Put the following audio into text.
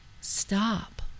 stop